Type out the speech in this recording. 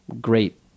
great